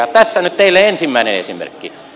tässä nyt teille ensimmäinen esimerkki